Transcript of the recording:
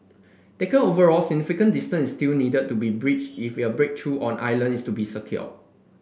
taken overall significant distance still need to be bridged if your breakthrough on Ireland is to be secured